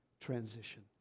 transition